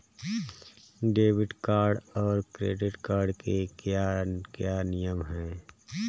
Debit card और credit card के क्या क्या नियम हैं?